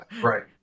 Right